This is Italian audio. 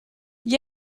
gli